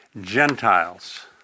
Gentiles